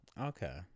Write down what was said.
okay